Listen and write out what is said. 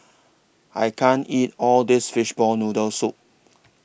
I can't eat All This Fishball Noodle Soup